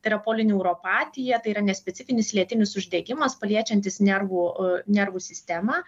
tai yra polineuropatija tai yra nespecifinis lėtinis uždegimas paliečiantis nervų nervų sistemą